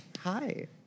hi